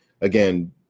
again